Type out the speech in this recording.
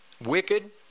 wicked